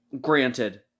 Granted